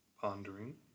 pondering